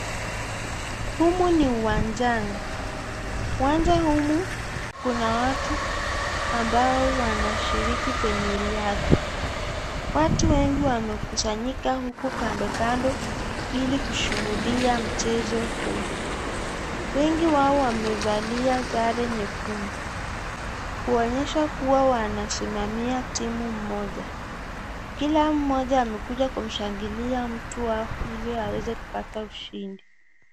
Humu ni uwanjani. Uwanja humu kuna watu ambao wanashiriki kwenye riadha. Watu wengi wamekusanyika huku kandokando ili kushuhudia mchezo huu. Wengi wao wamevalia sare nyekundu, kuonyesha kuwa wanasimamia timu mmoja. Kila mmoja amekuja kumshangilia mtu wao ili aweze kupata ushindi.